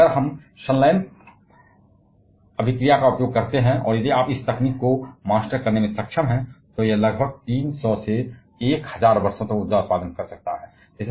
लेकिन अगर हम संलयन प्रतिक्रिया का उपयोग करते हैं और यदि आप इस तकनीक में महारत हासिल करने में सक्षम हैं तो यह लगभग 300 1000 वर्षों तक ऊर्जा प्रदान कर सकता है